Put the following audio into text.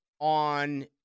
on